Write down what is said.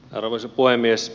arvoisa puhemies